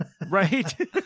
Right